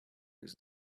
his